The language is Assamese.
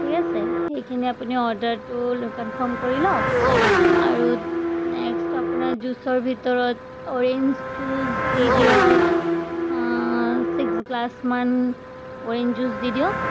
ঠিক আছে সেইখিনি আপুনি অৰ্ডাৰটো কনফাৰ্ম কৰি লওক আৰু নেক্সট আপোনাৰ জুচৰ ভিতৰত অ'ৰেঞ্জ জুচ দি দিয়ক ছিক্স গ্লাছমান অৰেঞ্জ জুচ দি দিয়ক